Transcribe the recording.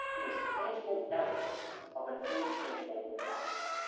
it is tangible evidence of an intangible asset.